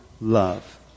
love